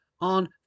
on